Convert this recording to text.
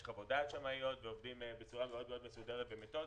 יש חוות דעת שמאיות ועובדים בצורה מאוד מאוד מסודרת ומתודית.